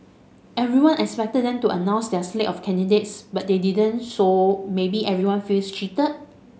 everyone expected them to announce their slate of candidates but they didn't so maybe everyone feels cheated